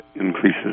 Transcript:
Increases